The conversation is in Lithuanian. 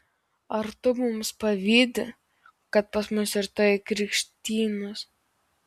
ar tu mums pavydi kad pas mus rytoj krikštynos